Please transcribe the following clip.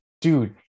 dude